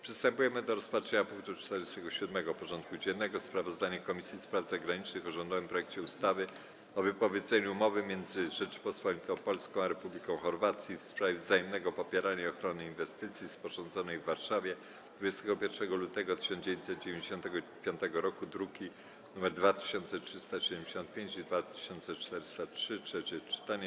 Przystępujemy do rozpatrzenia punktu 47. porządku dziennego: Sprawozdanie Komisji Spraw Zagranicznych o rządowym projekcie ustawy o wypowiedzeniu Umowy między Rzecząpospolitą Polską a Republiką Chorwacji w sprawie wzajemnego popierania i ochrony inwestycji, sporządzonej w Warszawie dnia 21 lutego 1995 r. (druki nr 2375 i 2403) - trzecie czytanie.